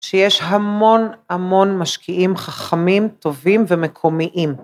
שיש המון המון משקיעים חכמים טובים ומקומיים